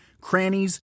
crannies